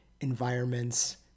environments